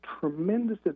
tremendous